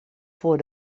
voor